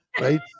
right